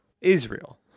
Israel